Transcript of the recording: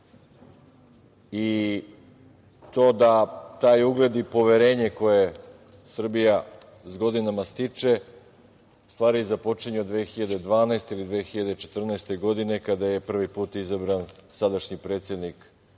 Taj ugled i poverenje koje Srbija s godinama stiče u stvari započinje od 2012. ili 2014. godine kada je prvi put izabran sadašnji predsednik Srbije